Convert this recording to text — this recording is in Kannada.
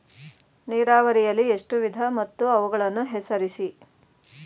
ನೀರಾವರಿಯಲ್ಲಿ ಎಷ್ಟು ವಿಧ ಮತ್ತು ಅವುಗಳನ್ನು ಹೆಸರಿಸಿ?